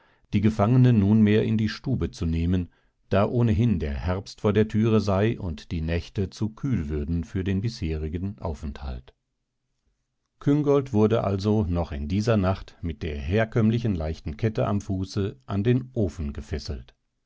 die gefangene nunmehr in die stube zu nehmen da ohnehin der herbst vor der türe sei und die nächte zu kühl würden für den bisherigen aufenthalt küngolt wurde also noch in dieser nacht mit der herkömmlichen leichten kette am fuße an den ofen gefesselt